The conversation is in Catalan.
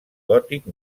gòtic